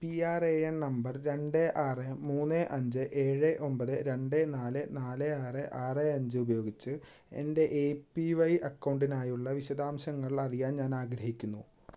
P R A N number രണ്ട് ആറ് മൂന്ന് അഞ്ച് ഏഴ് ഒമ്പത് രണ്ട് നാല് നാല് ആറ് ആറ് അഞ്ച് ഉപയോഗിച്ച് എൻ്റെ എ പി വൈ അക്കൗണ്ടിനായുള്ള വിശദാംശങ്ങൾ അറിയാൻ ഞാനാഗ്രഹിക്കുന്നു